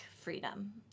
freedom